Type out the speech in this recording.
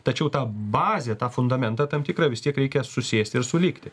tačiau tą bazę tą fundamentą tam tikrą vis tiek reikia susėsti ir sulygti